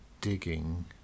digging